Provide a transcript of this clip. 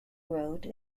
wrote